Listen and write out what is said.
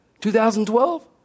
2012